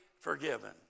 forgiven